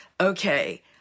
okay